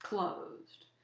closed.